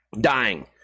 dying